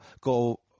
go